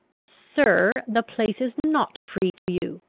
sir, the place is not free to you.